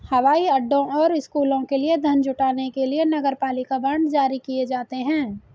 हवाई अड्डों और स्कूलों के लिए धन जुटाने के लिए नगरपालिका बांड जारी किए जाते हैं